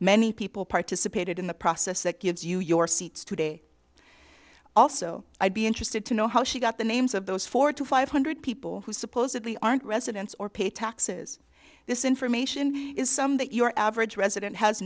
many people participated in the process that gives you your seats today also i'd be interested to know how she got the names of those four to five hundred people who supposedly aren't residents or pay taxes this information is some that your average resident has